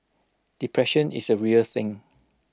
depression is A real thing